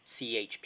CHP